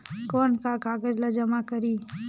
कौन का कागज ला जमा करी?